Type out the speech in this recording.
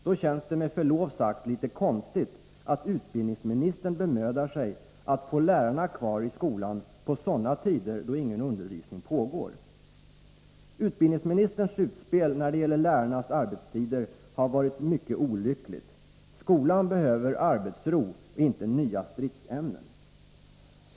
Då känns det med förlov sagt lite konstigt att utbildningsministern bemödar sig om att få lärarna kvar i skolan på sådana tider då ingen undervisning pågår. Utbildningsministerns utspel när det gäller lärarnas arbetstider har varit mycket olyckligt. Skolan behöver arbetsro — inte nya stridsämnen!